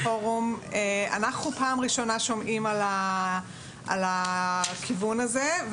אנחנו פעם ראשונה שומעים על הכיוון הזה.